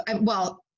well-